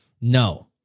No